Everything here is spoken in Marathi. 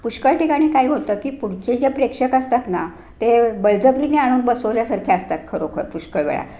पुष्कळ ठिकाणी काय होतं की पुढचे जे प्रेक्षक असतात ना ते बळजबरीने आणून बसवल्यासारखे असतात खरोखर पुष्कळ वेळा